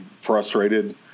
frustrated